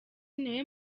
niwe